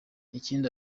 ikindi